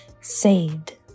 saved